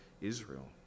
Israel